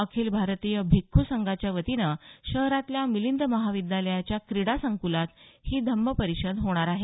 अखिल भारतीय भिक्ख्रसंघाच्यावतीनं शहरातल्या मिलिंद महाविद्यालयाच्या क्रीडा संकुलात ही धम्म परिषद होणार आहे